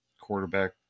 quarterback